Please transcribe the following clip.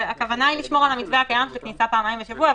הכוונה היא לשמור על המתווה הקיים וכניסה פעמיים בשבוע.